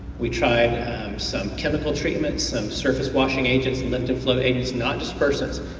we tried some chemical treatments, some surface washing agents, and lift and float agents, not dispersants.